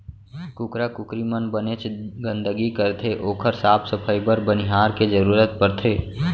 कुकरा कुकरी मन बनेच गंदगी करथे ओकर साफ सफई बर बनिहार के जरूरत परथे